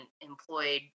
employed